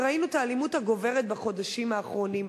וראינו את האלימות הגוברת בחודשים האחרונים.